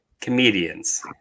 Comedians